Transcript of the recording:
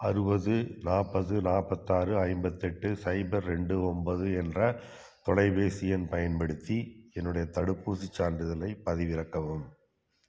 அறுபது நாற்பது நாற்பத்தாறு ஐம்பத்தெட்டு சைபர் ரெண்டு ஒம்போது என்ற தொலைபேசி எண் பயன்படுத்தி என்னுடைய தடுப்பூசிச் சான்றிதழைப் பதிவிறக்கவும்